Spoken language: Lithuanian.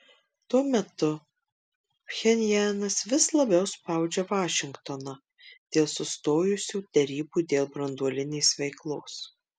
tuo metu pchenjanas vis labiau spaudžia vašingtoną dėl sustojusių derybų dėl branduolinės veiklos